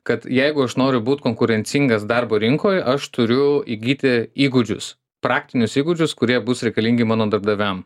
kad jeigu aš noriu būt konkurencingas darbo rinkoj aš turiu įgyti įgūdžius praktinius įgūdžius kurie bus reikalingi mano darbdaviam